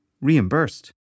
reimbursed